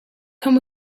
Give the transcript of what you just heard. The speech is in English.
come